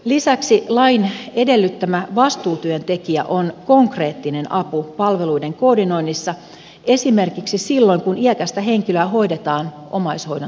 lisäksi lain edellyttämä vastuutyöntekijä on konkreettinen apu palveluiden koordinoinnissa esimerkiksi silloin kun iäkästä henkilöä hoidetaan omaishoidon tuella